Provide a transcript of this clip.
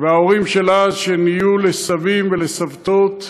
וההורים של אז, שנהיו לסבים וסבתות,